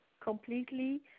completely